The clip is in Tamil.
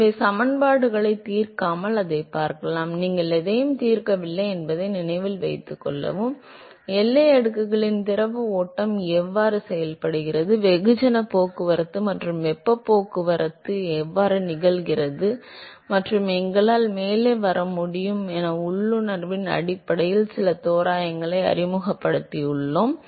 எனவே சமன்பாடுகளைத் தீர்க்காமல் அதைப் பார்க்கலாம் நாங்கள் எதையும் தீர்க்கவில்லை என்பதை நினைவில் கொள்ளவும் எல்லை அடுக்கில் திரவ ஓட்டம் எவ்வாறு செயல்படுகிறது வெகுஜன போக்குவரத்து மற்றும் வெப்பப் போக்குவரத்து எவ்வாறு நிகழ்கிறது மற்றும் எங்களால் மேலே வர முடியும் என உள்ளுணர்வின் அடிப்படையில் சில தோராயங்களை அறிமுகப்படுத்தியுள்ளோம்